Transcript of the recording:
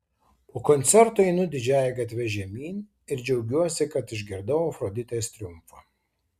po koncerto einu didžiąja gatve žemyn ir džiaugiuosi kad išgirdau afroditės triumfą